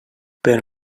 per